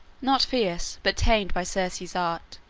not fierce, but tamed by circe's art,